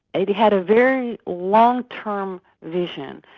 it had a very long-term vision,